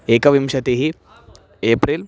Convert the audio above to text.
एकविंशतिः एप्रिल्